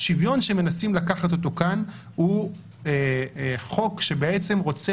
השוויון שמנסים לקחת אותו כאן הוא בחוק שרוצה